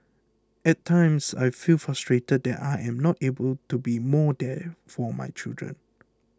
at times I feel frustrated that I am not able to be more there for my children